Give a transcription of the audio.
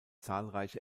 zahlreiche